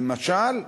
למשל,